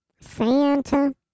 Santa